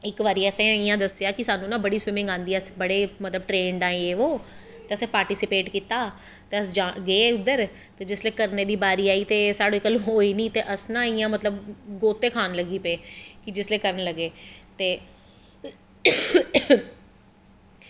इक बारी ना असैं इयां दस्सेआ असेंगी बड़ी स्विमिंग आंदी अस बड़े मतलव ट्रेंड आं जो बो ते असैं पार्टिसिपेट कीता ते अस गे उध्दर ते जिसलै करनें दी बारी आई ते साढ़े कोला दा होई नी ते अस इयां मतलव गोते खान लगी पे जिसलै करन लगे ते